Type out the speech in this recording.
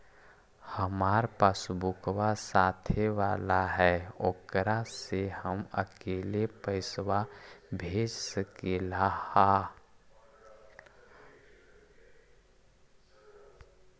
हमार पासबुकवा साथे वाला है ओकरा से हम अकेले पैसावा भेज सकलेहा?